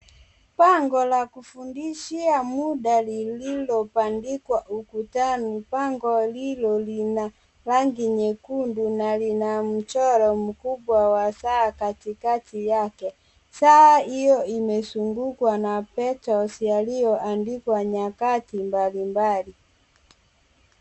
Bango la kufundishia muda lililobandikwa ukutani. Bango hilo lina rangi nyekundu na lina mchoro mkubwa wa saa katikati yake. Saa hiyo imezungukwa na petals yaliyoandikwa nyakati mbali mbali.